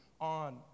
on